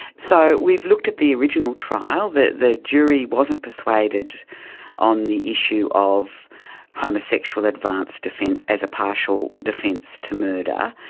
so we've looked at the original trial. the the jury wasn't persuaded on the issue of homosexual advance defence as a partial defence to murder.